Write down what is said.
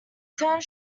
turned